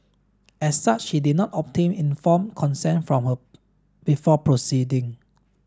as such he did not obtain informed consent from her before proceeding